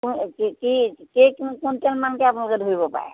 কি কি কেই কুইণ্টলমানকৈ আপোনালোকে ধৰিব পাৰে